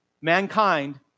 mankind